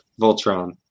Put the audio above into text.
Voltron